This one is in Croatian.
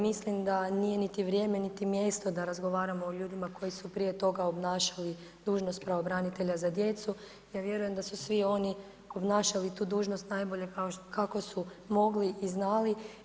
Mislim da nije niti vrijeme niti mjesto da razgovaramo o ljudima koji su prije toga obnašali dužnost pravobranitelja za djecu, ja vjerujem da su svi oni obnašali tu dužnost najbolje kako su mogli i znali.